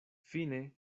fine